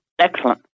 Excellent